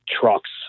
trucks